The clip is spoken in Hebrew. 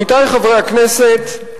עמיתי חברי הכנסת,